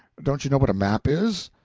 don't you know what a map is?